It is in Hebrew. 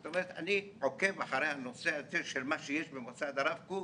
זאת אומרת אני עוקב אחרי הנושא הזה של מה שיש במוסד הרב קוק